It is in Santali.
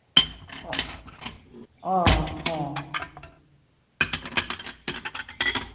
ᱚ ᱚ ᱦᱮᱸ